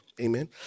Amen